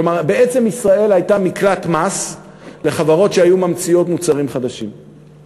כלומר בעצם ישראל הייתה מקלט מס לחברות שהיו ממציאות מוצרים חדשים,